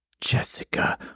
Jessica